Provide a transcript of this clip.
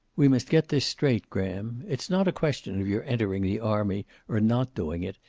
we must get this straight, graham. it's not a question of your entering the army or not doing it.